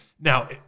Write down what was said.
now